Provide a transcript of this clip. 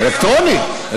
אלקטרונית.